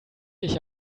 dich